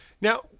Now